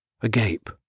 agape